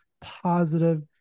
positive